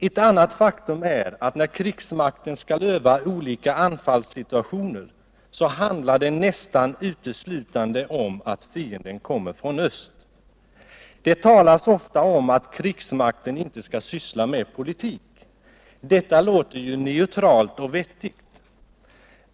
Ett annat faktum är att när krigsmakten skall öva olika anfallssituationer så handlar det nästan uteslutande om att fienden kommer från öst. Det talas ofta om att krigsmakten inte skall syssla med politik. Detta låter ju neutralt och vettigt.